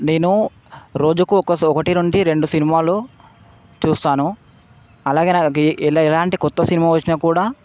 నేను రోజుకి ఒకొకసో ఒకటి నుంచి రెండు సినిమాలు చూస్తాను అలాగే నా ఎలా ఎలాంటి కొత్త సినిమా వచ్చినా కూడా